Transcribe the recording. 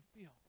feel